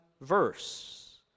verse